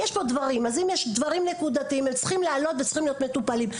אם יש דברים נקודתיים הם צריכים לעלות ולהיות מטופלים.